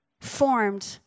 formed